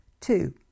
Two